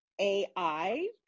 AI